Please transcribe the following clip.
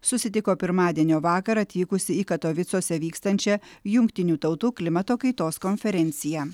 susitiko pirmadienio vakarą atvykusi į katovicuose vykstančią jungtinių tautų klimato kaitos konferenciją